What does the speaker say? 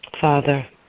father